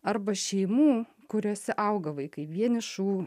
arba šeimų kuriose auga vaikai vienišų